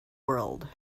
world